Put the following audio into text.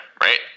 right